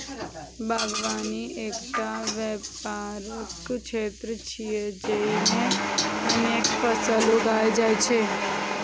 बागवानी एकटा व्यापक क्षेत्र छियै, जेइमे अनेक फसल उगायल जाइ छै